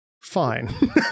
fine